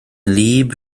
wlyb